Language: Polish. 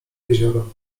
jezioro